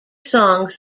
songs